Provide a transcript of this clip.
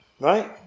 Right